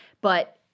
but-